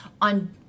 on